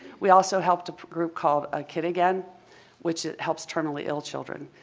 we also helped a group called a kid again which helps terminally-ill children.